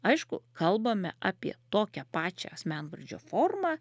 aišku kalbame apie tokią pačią asmenvardžio formą